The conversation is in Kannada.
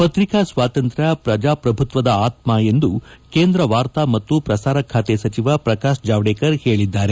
ಪತ್ರಿಕಾ ಸ್ವಾತಂತ್ರ್ ಪ್ರಜಾಪ್ರಭುತ್ವದ ಆತ್ಮ ಎಂದು ಕೇಂದ್ರ ವಾರ್ತಾ ಮತ್ತು ಪ್ರಸಾರ ಸಚಿವ ಪ್ರಕಾಶ್ ಜಾವಡೇಕರ್ ಹೇಳಿದ್ದಾರೆ